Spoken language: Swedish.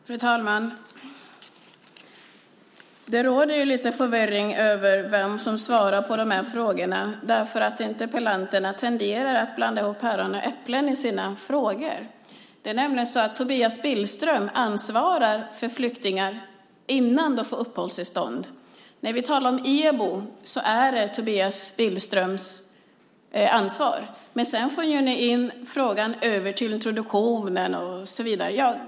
Fru talman! Det råder lite förvirring om vem som svarar på frågorna därför att interpellanterna tenderar att blanda ihop äpplen och päron i sina frågor. Tobias Billström ansvarar för flyktingar innan de får uppehållstillstånd. Vi talar om EBO - det är Tobias Billströms ansvar. Men sedan för ni in frågor om introduktion och så vidare.